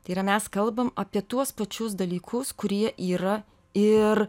tai yra mes kalbam apie tuos pačius dalykus kurie yra ir